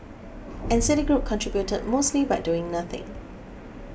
and Citigroup contributed mostly by doing nothing